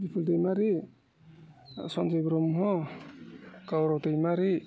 Bipul Daimari Sanjay Brahma Gaorao Daimary